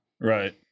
Right